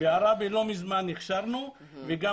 בערבה לא מזמן הכשנו וגם